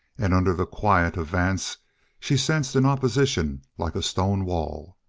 and under the quiet of vance she sensed an opposition like a stone wall.